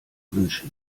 wünsche